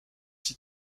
six